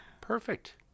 perfect